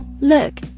Look